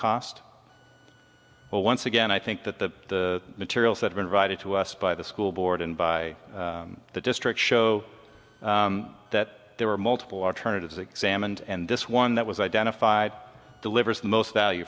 cost well once again i think that the materials that are invited to us by the school board and by the district show that there were multiple alternatives examined and this one that was identified delivers the most value